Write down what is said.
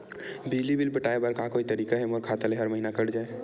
बिजली बिल पटाय बर का कोई तरीका हे मोर खाता ले हर महीना कट जाय?